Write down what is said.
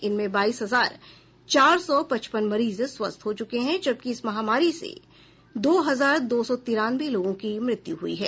इनमें बाईस हजार चार सौ पचपन मरीज स्वस्थ हो चूके हैं जबकि इस महामारी से दो हजार दो सौ तिरानवे लोगों की मृत्यु हुई है